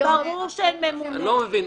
היום --- אני לא מבין.